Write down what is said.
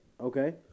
Okay